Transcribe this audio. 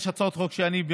יש הצעות חוק שאני,